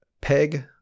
Peg